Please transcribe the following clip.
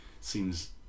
seems